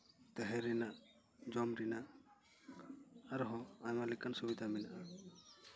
ᱛᱟᱦᱮᱸ ᱨᱮᱱᱟᱜ ᱡᱚᱢ ᱨᱮᱱᱟᱜ ᱟᱨᱦᱚᱸ ᱟᱭᱢᱟ ᱞᱮᱠᱟᱱ ᱥᱩᱵᱤᱫᱟ ᱢᱮᱱᱟᱜᱼᱟ